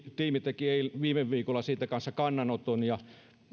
teki viime viikolla siitä kanssa kannanoton